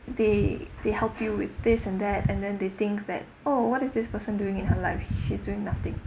they they help you with this and that and then they think that oh what is this person doing in her life she's doing nothing